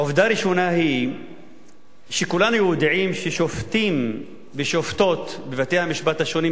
עובדה ראשונה היא שכולנו יודעים ששופטים ושופטות בבתי-המשפט השונים,